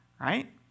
Right